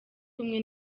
kumwe